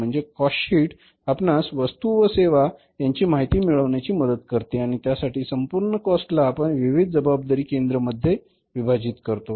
म्हणजेच cost sheet आपणास वस्तू व सेवा यांची माहिती मिळवण्यासाठी मदत करते आणि त्यासाठी संपूर्ण कॉस्ट ला आपण विविध जबाबदारी केंद्र मध्ये आपण येथे विभाजित करतो